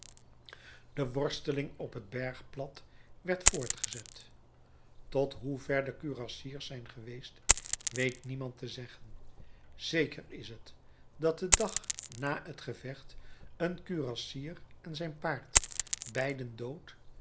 de worsteling op het bergplat werd voortgezet tot hoe ver de kurassiers zijn geweest weet niemand te zeggen zeker is het dat den dag na het gevecht een kurassier en zijn paard beiden dood